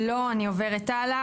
לא, אני עוברת הלאה.